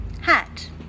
Hat